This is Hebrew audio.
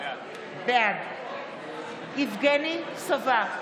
בעד יבגני סובה,